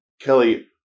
Kelly